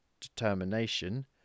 determination